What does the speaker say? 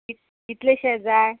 कित कितलेशे जाय